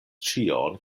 ĉion